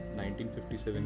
1957